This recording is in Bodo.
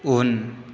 उन